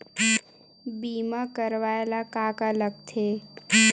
बीमा करवाय ला का का लगथे?